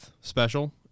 special